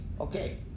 Okay